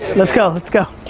let's go, let's go,